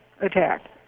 attack